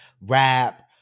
rap